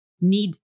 need